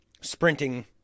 sprinting